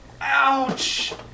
Ouch